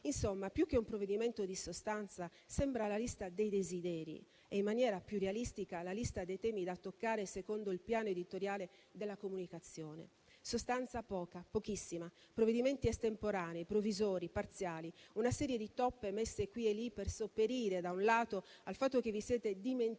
Insomma, più che un provvedimento di sostanza, sembra la lista dei desideri e, in maniera più realistica, la lista dei temi da toccare secondo il piano editoriale della comunicazione. Di sostanza ce n'è poca, pochissima: sono provvedimenti estemporanei, provvisori e parziali, una serie di toppe messe qui e lì per sopperire, da un lato, al fatto che vi siete dimenticati